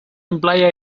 imply